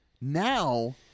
now